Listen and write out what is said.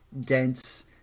dense